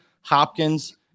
Hopkins